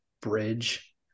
bridge